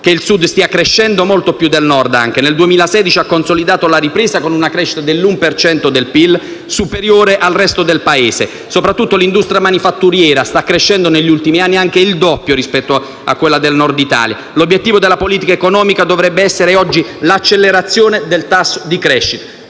che il Sud stia crescendo molto più del Nord. Nel 2016 ha consolidato la ripresa con una crescita dell'1 per cento del PIL superiore al resto del Paese. Soprattutto l'industria manifatturiera sta crescendo negli ultimi anni, anche il doppio rispetto a quella del Nord Italia. L'obiettivo della politica economica dovrebbe essere oggi l'accelerazione del tasso di crescita.